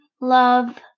love